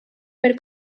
per